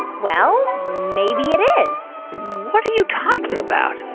well, maybe it is what are you talking about?